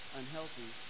unhealthy